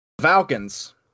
Falcons